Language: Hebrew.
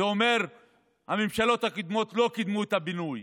זה אומר שהממשלות הקודמות לא קידמו את הבינוי.